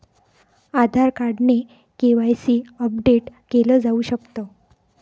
आधार card ने KYC update केल जाऊ शकत